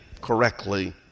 correctly